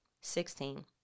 Sixteen